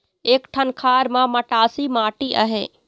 एक ठन खार म मटासी माटी आहे?